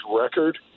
record